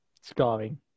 scarring